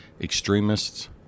extremists